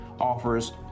offers